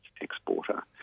exporter